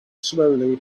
slowly